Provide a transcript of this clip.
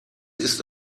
ist